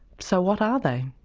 so what are they?